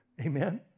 Amen